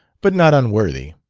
but not unworthy